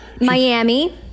Miami